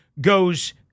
goes